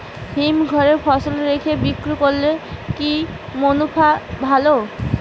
হিমঘরে ফসল রেখে বিক্রি করলে কি মুনাফা ভালো?